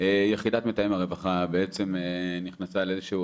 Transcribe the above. יחידת מתאם הרווחה בעצם נכנס לאיזה שהוא